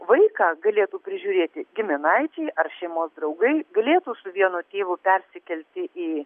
vaiką galėtų prižiūrėti giminaičiai ar šeimos draugai galėtų su vienu tėvu persikelti į